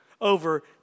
over